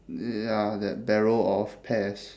ya that barrel of pears